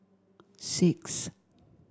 six